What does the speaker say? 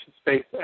space